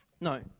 No